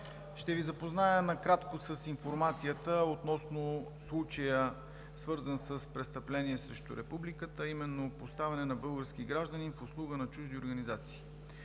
Ще Ви запозная накратко с информацията относно случая, свързан с престъпление срещу Републиката, а именно поставяне на български гражданин в услуга на чужди организации.